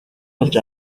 олж